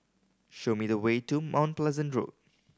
show me the way to Mount Pleasant Road